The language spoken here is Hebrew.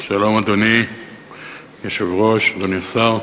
שלום, אדוני היושב-ראש, אדוני השר.